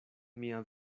mia